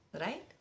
right